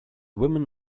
women